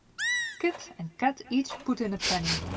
kit and kat each put in a penny,